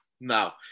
no